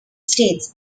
states